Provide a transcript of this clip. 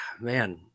man